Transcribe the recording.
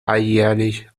alljährlich